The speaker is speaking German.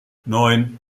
neun